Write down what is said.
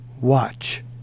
watch